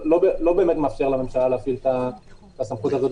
באמת מאפשר לממשלה להפעיל את הסמכות הזאת